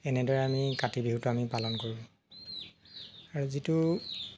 এনেদৰে আমি কাতি বিহুটো আমি পালন কৰো আৰু যিটো